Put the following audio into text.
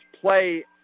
play